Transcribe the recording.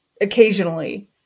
occasionally